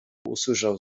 usłyszał